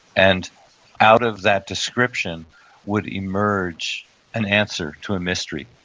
and out of that description would immerge an answer to a mystery.